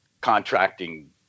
contracting